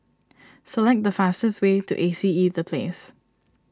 select the fastest way to A C E the Place